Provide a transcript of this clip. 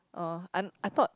oh I I thought